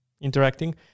interacting